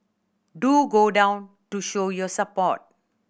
do go down to show your support